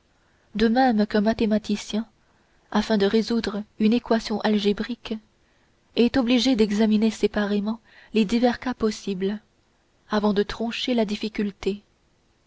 de même qu'un mathématicien afin de résoudre une équation algébrique est obligé d'examiner séparément les divers cas possibles avant de trancher la difficulté